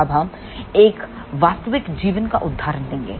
अब हम एक वास्तविक जीवन का उदाहरण लेंगे